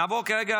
נעבור כרגע